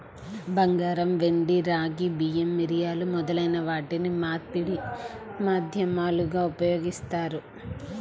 బంగారం, వెండి, రాగి, బియ్యం, మిరియాలు మొదలైన వాటిని మార్పిడి మాధ్యమాలుగా ఉపయోగిత్తారు